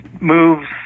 moves